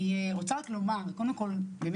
איך?